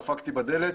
דפקתי בדלת.